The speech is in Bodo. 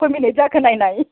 खय मिनिट जाखो नायनाय